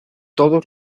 todos